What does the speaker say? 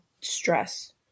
stress